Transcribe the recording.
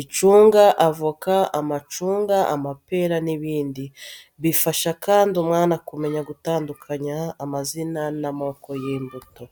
icunga, avoka, amacunga, amapera n'ibindi. Bifasha kandi umwana kumenya gutandukanya amazina n'amoko y'imbuto.